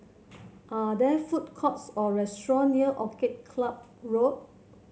are there food courts or restaurant near Orchid Club Road